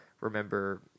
remember